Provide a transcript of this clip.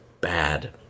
bad